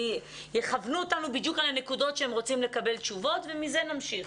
יכוונו אותנו בדיוק לנקודות שהם רוצים לקבל תשובות ומזה נמשיך,